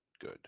good